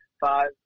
five